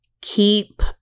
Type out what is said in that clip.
keep